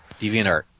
DeviantArt